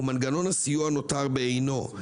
ומנגנון הסיוע נותר בעינו,